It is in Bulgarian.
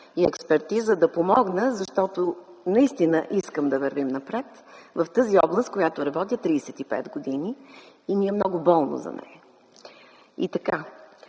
и експертиза да помогна. Защото наистина искам да вървим напред в тази област, в която работя 35 години и ми е много болно за нея. Много